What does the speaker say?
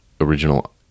original